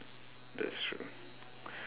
that's true